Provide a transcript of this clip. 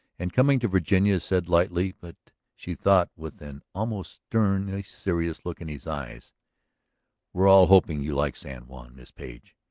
and coming to virginia said lightly, but, she thought, with an almost sternly serious look in his eyes we're all hoping you like san juan, miss page.